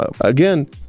again